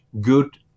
good